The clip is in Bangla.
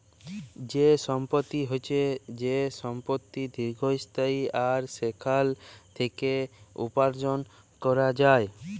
যে সম্পত্তি হচ্যে যে সম্পত্তি দীর্ঘস্থায়ী আর সেখাল থেক্যে উপার্জন ক্যরা যায়